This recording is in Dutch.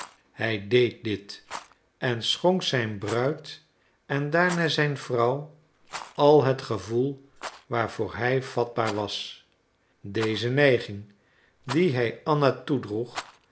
hij deed dit en schonk zijn bruid en daarna zijn vrouw al het gevoel waarvoor hij vatbaar was deze neiging die hij anna toedroeg